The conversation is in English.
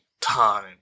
time